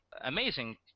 amazing